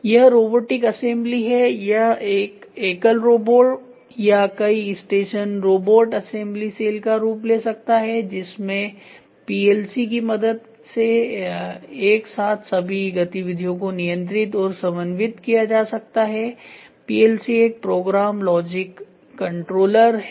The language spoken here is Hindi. यह रोबोटिक असेंबली है यह एक एकल रोबो या कई स्टेशन रोबोट असेंबली सेल का रूप ले सकता है जिसमें पीएलसी की मदद से एक साथ सभी गतिविधियों को नियंत्रित और समन्वित किया जा सकता है पीएलसी एक प्रोग्राम लॉजिक कंट्रोलर है